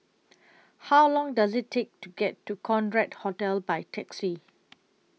How Long Does IT Take to get to Concorde Hotel By Taxi